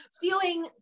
feeling